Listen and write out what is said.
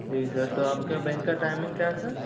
जी sir तो आपका bank का टाइमिंग क्या है सर